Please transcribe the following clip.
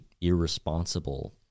irresponsible